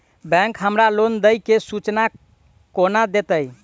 Bank हमरा loan देय केँ सूचना कोना देतय?